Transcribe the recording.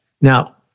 now